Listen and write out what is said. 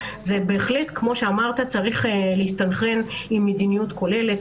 זה בהחלט צריך להסתנכרן עם מדיניות כוללת,